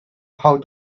how